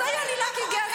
אז היה לי lucky guess.